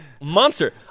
monster